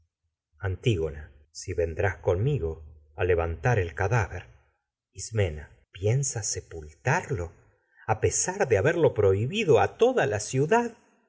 antígona dáver si vendrás conmigo levantar el ca ismena piensas sepultarlo a pesar de haberlo prohibido a toda la ciudad